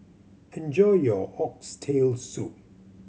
enjoy your Oxtail Soup